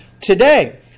today